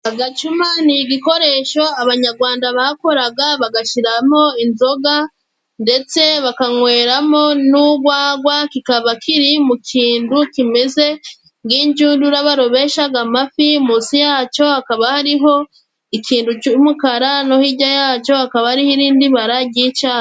Agacuma ni igikoresho abanyagwanda bakoraga, bagashiramo inzoga, ndetse bakanyweramo n'ugwagwa, kikaba kiri mu kindu kimeze nk'injundura barobeshaga amafi, munsi yacyo hakaba hariho ikintu cy'umukara, no hirya yacyo hakaba ari irindi bara ry'icatsi.